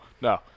no